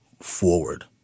forward